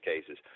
cases –